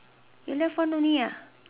you left one only ah